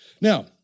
Now